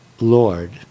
Lord